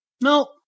No